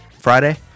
Friday